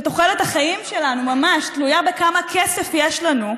שתוחלת החיים שלנו ממש תלויה בכמה כסף יש לנו,